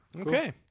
Okay